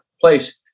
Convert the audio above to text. place